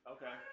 Okay